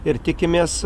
ir tikimės